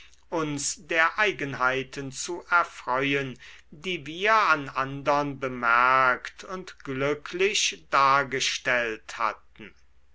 uns der eigenheiten zu erfreuen die wir an andern bemerkt und glücklich dargestellt hatten